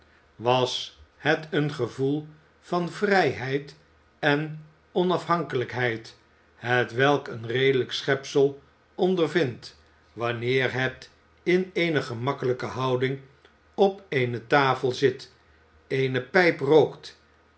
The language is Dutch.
was het een gevoel van vrijheid en onafhankelijkheid hetwelk een redelijk schepsel ondervindt wanneer het in eene gemakkelijke houding op eene tafel zit eene pijp rookt